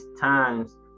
times